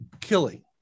killing